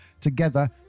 together